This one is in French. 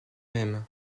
mêmes